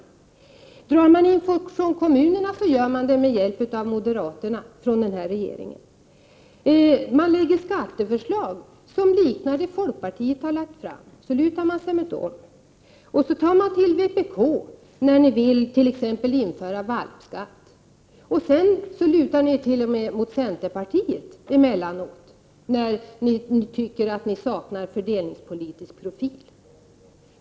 Om regeringen drar in pengar från kommunerna så gör den det med hjälp av moderaterna. Regeringen lägger fram skatteförslag, som liknar de förslag som folkpartiet har lagt fram och lutar sig alltså mot folkpartiet. Sedan tar regeringen hjälp av vpk när den vill införa t.ex. valpskatt. Regeringen lutar sig t.o.m. emellanåt mot centerpartiet, när den tycker att den saknar fördelningspolitisk profil.